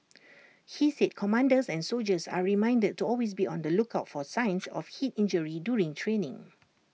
he said commanders and soldiers are reminded to always be on the lookout for signs of heat injury during training